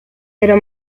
pero